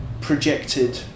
projected